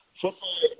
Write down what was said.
football